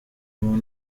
muntu